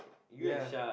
ya